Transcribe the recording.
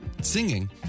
singing